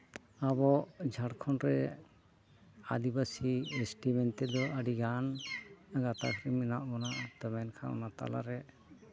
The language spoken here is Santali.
ᱟᱵᱚ ᱡᱷᱟᱲᱠᱷᱚᱸᱰ ᱨᱮ ᱟᱹᱫᱤᱵᱟᱹᱥᱤ ᱮᱥᱴᱤ ᱢᱮᱱᱛᱮᱫᱚ ᱟᱹᱰᱤᱜᱟᱱ ᱜᱟᱛᱟᱠ ᱨᱮᱱ ᱢᱮᱱᱟᱜ ᱵᱚᱱᱟ ᱛᱚᱵᱮ ᱮᱱᱠᱷᱟᱱ ᱚᱱᱟ ᱛᱟᱞᱟᱨᱮ